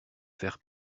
faire